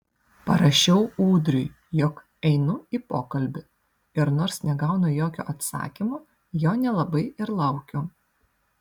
parašau ūdriui jog einu į pokalbį ir nors negaunu jokio atsakymo jo nelabai ir laukiu